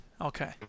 okay